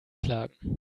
klagen